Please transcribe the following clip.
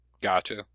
gotcha